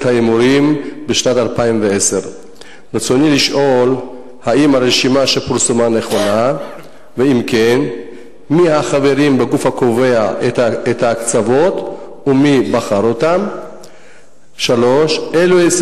ההימורים בשנת 2010. רצוני לשאול: 1. האם